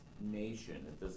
nation